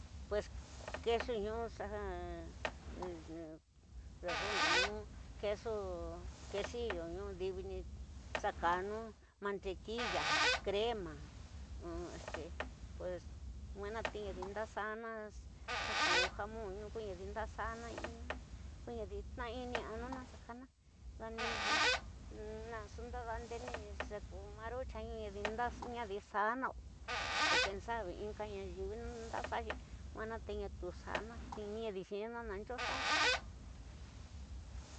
Pues keso ñu xa, redondoñu kesiyo ñu diwini xa kanu, martequilla, crema, pues nwena ñadi ndaxana xaku jamonñu xa ñadi, ndaxana inina ko nadi ñnajini awina xa kacana daui naxu ndada ndeni xa ku maru tyuni nu nadi xarana, o quen sabe in ka nayuu nda xaxi ko nwena ñatu xa'ana ko ñadi xinina nanyo xáa.